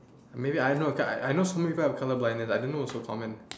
maybe I know because I know so many people with color blindness I didn't know it was so common